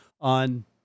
on